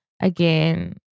Again